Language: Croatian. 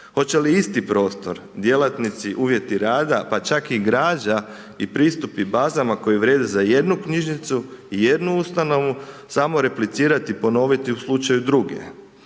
Hoće li isti prostor djelatnici, uvjeti rada pa čak i građa i pristupi bazama koji vrijeme da jednu knjižnicu, jednu ustanovu samo replicirati i ponoviti u slučaju druge.